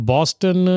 Boston